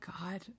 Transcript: God